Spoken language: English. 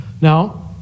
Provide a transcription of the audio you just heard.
Now